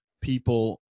people